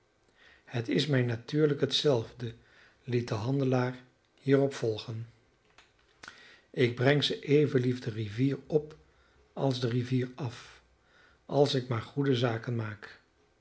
het is mij natuurlijk hetzelfde liet de handelaar hierop volgen ik breng ze even lief de rivier op als de rivier af als ik maar goede zaken maak